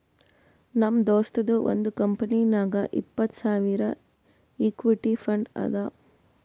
ನಮ್ ದೋಸ್ತದು ಒಂದ್ ಕಂಪನಿನಾಗ್ ಇಪ್ಪತ್ತ್ ಸಾವಿರ್ ಇಕ್ವಿಟಿ ಫಂಡ್ ಅದಾ